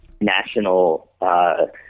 national